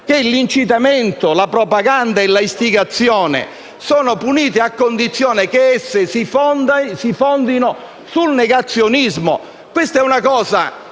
che l'incitamento, la propaganda e l'istigazione sono puniti a condizione che essi si fondino sul negazionismo. Questa è una cosa